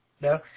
No